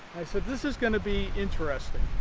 i said this is going to be interesting.